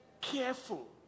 careful